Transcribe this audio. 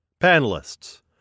Panelists